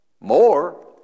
more